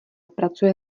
pracuje